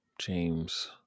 James